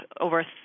over